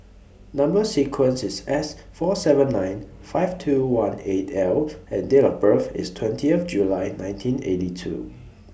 Number sequence IS S four seven nine five two one eight L and Date of birth IS twentieth July nineteen eighty two